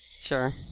Sure